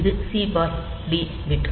இது C D bit